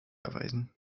erweisen